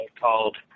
called